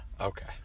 Okay